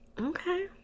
Okay